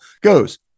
goes